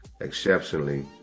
exceptionally